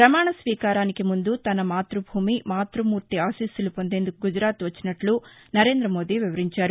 పమాణస్వీకారానికి ముందు తనమాత్బభూమి మాత్బమూర్తి ఆశీస్సులు పొందేందుకు గుజరాత్ వచ్చినట్లు నరేంద్రమోదీ వివరించారు